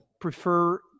prefer